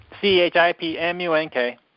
C-H-I-P-M-U-N-K